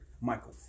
Michael